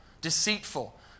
deceitful